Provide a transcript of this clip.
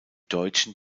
deutschen